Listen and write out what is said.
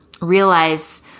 realize